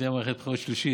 אם תהיה מערכת בחירות שלישית?